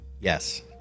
Yes